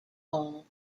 ball